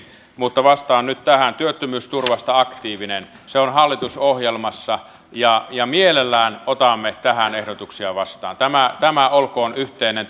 mutta vastaan nyt tähän työttömyysturvasta aktiivinen se on hallitusohjelmassa ja ja mielellään otamme tähän ehdotuksia vastaan tämä tämä olkoon yhteinen